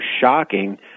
shocking